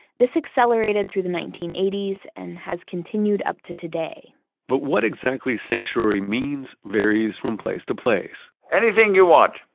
this accelerated through the nineteen eighty s and has continued up to today but what exactly sanctuary means varies from place to place anything you want.